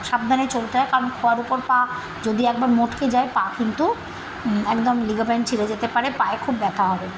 সাবধানে চলতে হয় কারণ পা যদি একবার মচকে যায় পা কিন্তু একদম লিগামেন্ট ছিঁড়ে যেতে পারে পায়ে খুব ব্যথা হবে